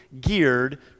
geared